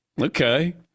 Okay